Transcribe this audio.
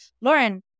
Lauren